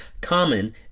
common